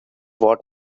what